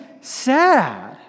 sad